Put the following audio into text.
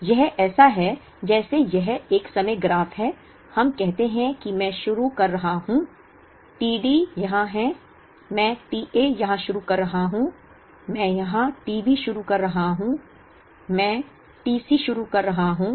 तो यह ऐसा है जैसे यह एक समय ग्राफ है हम कहते हैं कि मैं शुरू कर रहा हूं t D यहां मैं t A यहां शुरू कर रहा हूं मैं यहां t B शुरू कर रहा हूं मैं t C शुरू कर रहा हूं